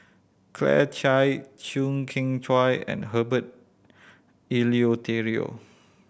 Claire Chiang Chew Kheng Chuan and Herbert Eleuterio